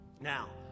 Now